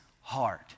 heart